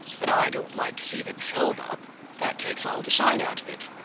but i don't like to see them held up that takes all the shine out of it.